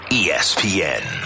espn